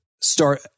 start